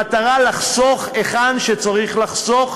במטרה לחסוך היכן שצריך לחסוך,